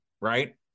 right